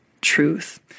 truth